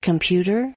Computer